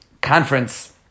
conference